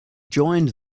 joined